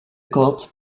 cobalt